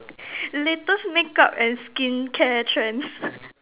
latest makeup and skincare trends